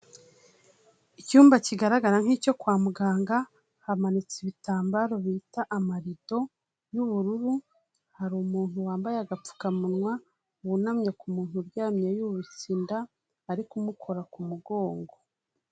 Icyumba kigaragara nk'icyo kwa muganga, hamanitse ibitambaro bita amarido y'ubururu, hari umuntu wambaye agapfukamunwa wunamye ku muntu uryamye yubitsinda inda, ari kumukora ku mugongo.